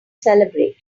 celebrate